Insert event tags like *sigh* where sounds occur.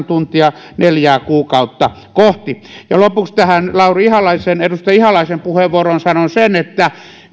*unintelligible* tuntia neljää kuukautta kohti lopuksi tähän edustaja lauri ihalaisen puheenvuoroon sanon sen että